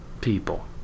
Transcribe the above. people